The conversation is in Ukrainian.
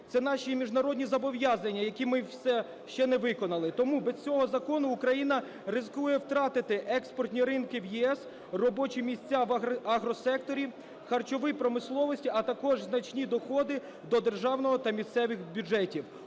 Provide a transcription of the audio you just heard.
Це наші міжнародні зобов'язання, які ми все ще не виконали. Тому без цього закону Україна ризикує втратити експортні ринки в ЄС, робочі місця в агросекторі, харчовій промисловості, а також значні доходи до державного та місцевих бюджетів.